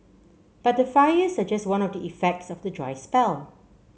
but the fires are just one of the effects of the dry spell